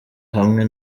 hamwe